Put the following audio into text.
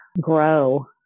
grow